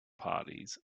parties